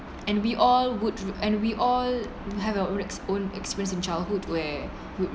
and we all would thr~ and we all have our own exp~ own experience in childhood where